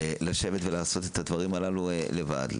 לשבת ולעשות את הדברים הללו לבד,